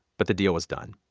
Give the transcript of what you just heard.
but the deal was done.